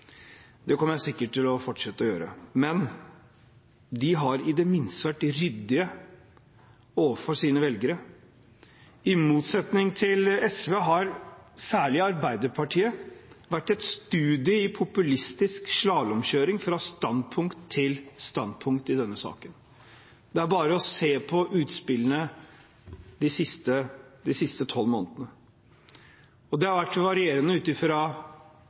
Det kommer jeg sikkert til å fortsette å gjøre. Men de har i det minste vært ryddige overfor sine velgere. I motsetning til SV har særlig Arbeiderpartiet vært en studie i populistisk slalåmkjøring fra standpunkt til standpunkt i denne saken. Det er bare å se på utspillene de siste tolv månedene. De har variert ut ifra